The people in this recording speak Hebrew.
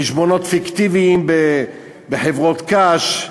חשבונות פיקטיביים בחברות קש,